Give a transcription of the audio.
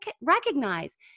recognize